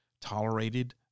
tolerated